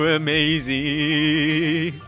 amazing